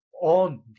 on